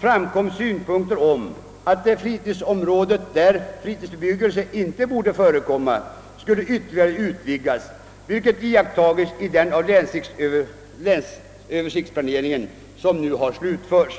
framfördes även synpunkter om att det område där fritidsbebyggelse inte borde förekomma skulle ytterligare utvidgas, vilket iakttagits vid den länsöversiktsplanering som nu slutförts.